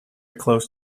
close